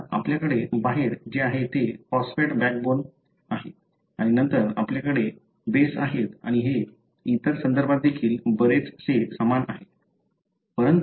आता आपल्याकडे बाहेर जे आहे ते फॉस्फेट बॅकबोन आहे आणि नंतर आपल्याकडे बेस आहेत आणि हे इतर संदर्भात देखील बरेचसे समान आहे